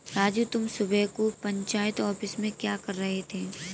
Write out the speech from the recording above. राजू तुम सुबह को पंचायत ऑफिस में क्या कर रहे थे?